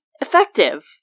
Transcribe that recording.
effective